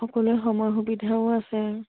সকলোৱে সময় সুবিধাও আছে